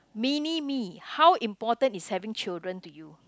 mini me how important is having children to you